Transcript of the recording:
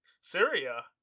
Syria